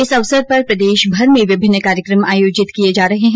इस अवसर पर प्रदेशभर में विभिन्न कार्यक्रम आयोजित किए जा रहे है